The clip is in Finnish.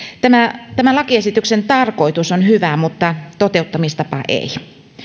tämän lakiesityksen tarkoitus on hyvä mutta toteuttamistapa ei